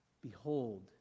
behold